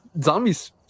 zombies